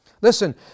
Listen